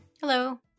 Hello